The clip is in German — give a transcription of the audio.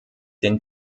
den